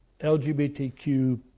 LGBTQ